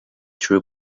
true